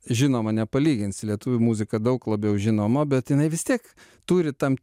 žinoma nepalyginsi lietuvių muzika daug labiau žinoma bet jinai vis tiek turi tam